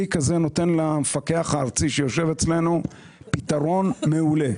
כלי כזה נותן למפקח הארצי שיושב אצלנו פתרון מעולה.